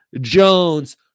Jones